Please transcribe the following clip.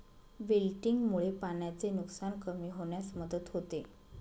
विल्टिंगमुळे पाण्याचे नुकसान कमी होण्यास मदत होते